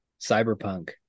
Cyberpunk